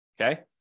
Okay